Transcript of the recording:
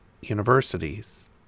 universities